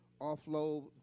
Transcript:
offload